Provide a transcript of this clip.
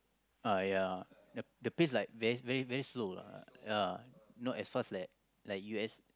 uh ya the the pace like very very very slow lah ya not as fast like U_S